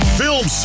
film